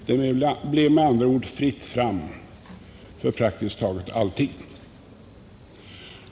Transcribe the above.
Det blev med andra ord fritt fram för praktiskt taget allting.